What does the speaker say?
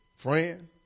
friend